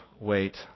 wait